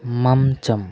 మంచం